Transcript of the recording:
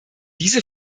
diese